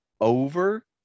over